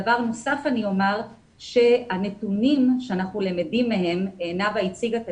אני אומר שהנתונים שאנחנו למדים מהם נאוה הציגה אותם